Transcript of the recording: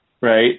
Right